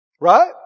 Right